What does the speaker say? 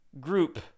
group